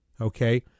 Okay